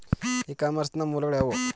E commerce ನ ಮೂಲಗಳು ಯಾವುವು?